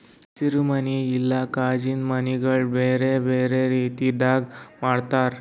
ಹಸಿರು ಮನಿ ಇಲ್ಲಾ ಕಾಜಿಂದು ಮನಿಗೊಳ್ ಬೇರೆ ಬೇರೆ ರೀತಿದಾಗ್ ಮಾಡ್ತಾರ